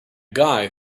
guy